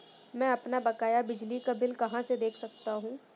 मैं अपना बकाया बिजली का बिल कहाँ से देख सकता हूँ?